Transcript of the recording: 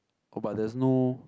oh but there's no